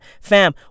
fam